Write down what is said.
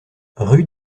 rue